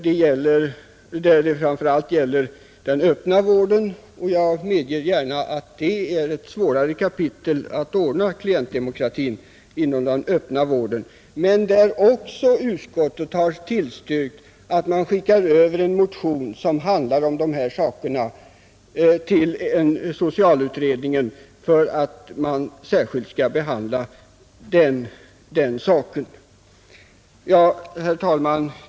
Det gällde där den öppna vården, och jag medger gärna att det är svårare att åstadkomma klientdemokrati inom den öppna vården. Utskottet hemställde emellertid under denna punkt att den motion som väckts i detta ärende skulle överlämnas till socialutredningen. Herr talman!